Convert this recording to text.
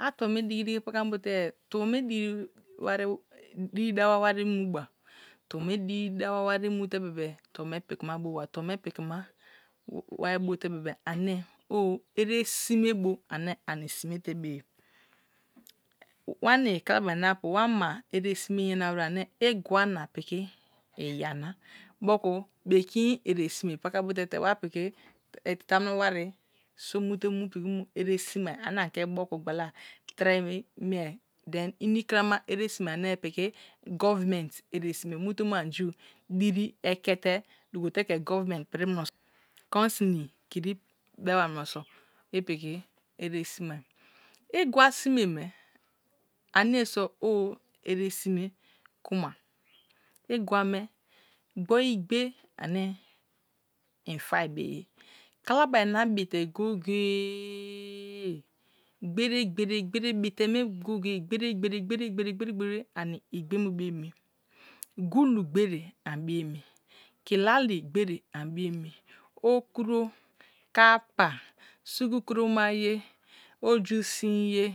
a tuo me dagi diyi pakabo te bel tubo diri dawa warri mu ba two me diri dawa wari mu te bebs tno me pikima bo wa, tribo me pikima warn bote be̱be̱ are owi été sinetsu ane ani sive telgeye blani kalabarina apu wa ma etesime yand wise ane igwa na piki nya na, moku bekin exesime pakabo te wa piki tamuno i wari sume te mu piki mu ere simai jane anihe moku gbala thi me mili ini kin ma ete sime ane piti gouern-ment efesime mu te mu ayu diri tke fe dugo te the government piri muno so konsumi kin bewa munose ipiki été simé igwa sime me anije so o eresume kuma igwa me gooi igbe ane unfai be ye. halabarina bite gaye gayese gbere gbese gbere bite me goye goye gbese gbere gbere gbere gbere gbere ami igbe me bu emi gulu gbere aibib, emi, kilali gibere a bio emi okuro, kapa sulan kuro maya oje sin ye.